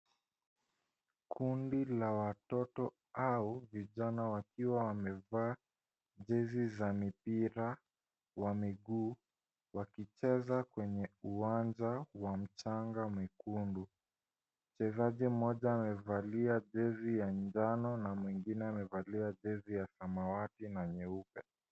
Kundi la watoto au vijana wakiwa wamevaa jezi za mipira wa miguu wakicheza kwenye uwanja wa mchanga mwekundu. Mchezaji mmoja amevalia jezi ya njano na mwingine amevalia jezi ya samawati na nyeupe.